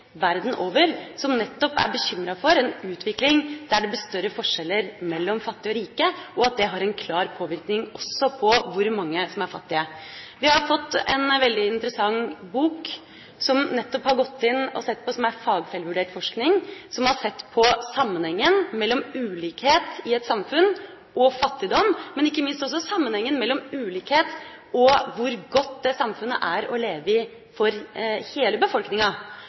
verden over, som nettopp er bekymra over en utvikling der det blir større forskjeller mellom fattige og rike, og at det har en klar påvirkning også på hvor mange som er fattige. Vi har fått en veldig interessant bok, som er fagfellevurdert forskning, som nettopp har gått inn og sett på sammenhengen mellom ulikhet i et samfunn og fattigdom, men ikke minst også sammenhengen mellom ulikhet og hvor godt samfunnet er å leve i for hele befolkninga.